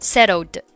Settled